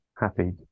happy